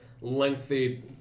lengthy